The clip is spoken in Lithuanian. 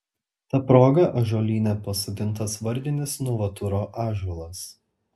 ta proga ąžuolyne pasodintas vardinis novaturo ąžuolas